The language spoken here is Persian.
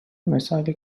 مثالی